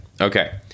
Okay